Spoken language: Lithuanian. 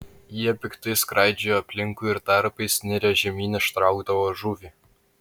jie piktai skraidžiojo aplinkui ir tarpais nirę žemyn ištraukdavo žuvį